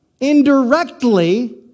indirectly